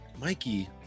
Mikey